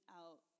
out